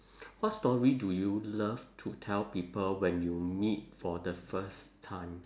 what story do you love to tell people when you meet for the first time